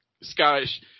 Scottish